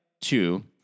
two